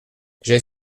j’ai